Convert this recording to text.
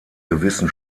gewissen